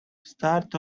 start